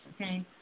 okay